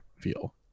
feel